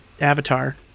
avatar